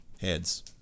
Heads